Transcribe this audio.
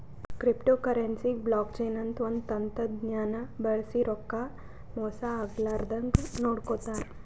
ಕ್ರಿಪ್ಟೋಕರೆನ್ಸಿಗ್ blockchain ಅಂತ್ ಒಂದ್ ತಂತಜ್ಞಾನ್ ಬಳ್ಸಿ ರೊಕ್ಕಾ ಮೋಸ್ ಆಗ್ಲರದಂಗ್ ನೋಡ್ಕೋತಾರ್